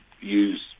use